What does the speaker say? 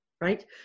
right